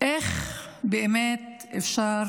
איך באמת אפשר